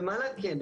במהלך כן,